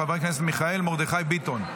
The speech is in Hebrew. של חבר הכנסת מיכאל מרדכי ביטון.